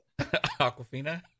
Aquafina